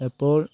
എപ്പോൾ